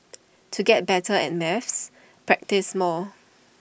to get better at maths practise more